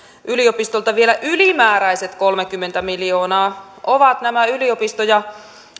yliopistolta vielä ylimääräiset kolmekymmentä miljoonaa ovat nämä yliopisto ja